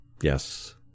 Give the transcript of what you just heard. Yes